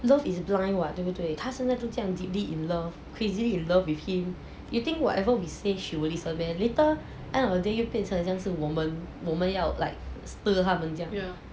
love is blind [what] 对不对他就是这样 deeply in love crazy in love with him you think whatever we say she will listen meh later end of the day 有变成很像是我们我们要 like stir 他们这样